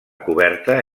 coberta